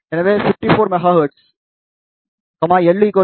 எனவே 54 megahertz l 5